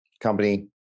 company